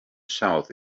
south